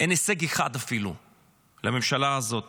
אין אפילו הישג אחד לממשלה הזאת